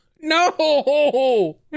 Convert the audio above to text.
no